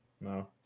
No